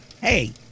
Hey